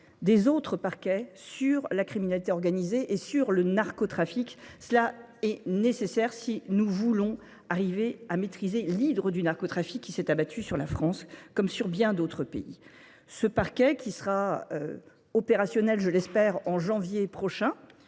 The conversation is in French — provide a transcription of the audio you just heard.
des autres parquets sur la criminalité organisée et sur le narcotrafique. Cela est nécessaire si nous voulons arriver à maîtriser l'hydre du narcotrafique qui s'est abattu sur la France comme sur bien d'autres pays. Ce parquet qui sera opérationnel je l'espère en janvier prochain,